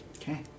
Okay